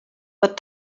but